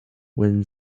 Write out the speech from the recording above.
when